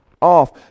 off